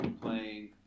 playing